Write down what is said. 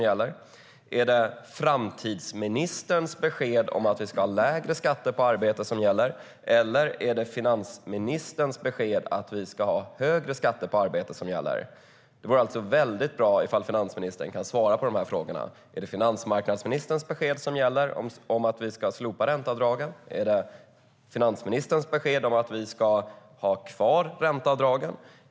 Är det framtidsministerns besked att vi ska ha lägre skatter på arbete som gäller, eller är det finansministerns besked att vi ska ha högre skatter på arbete? Det vore väldigt bra om finansministern kunde svara på de frågorna. Är det finansmarknadsminsterns besked att vi ska slopa ränteavdragen som gäller, eller är det finansministerns besked att vi ska ha kvar ränteavdragen?